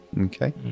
Okay